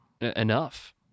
enough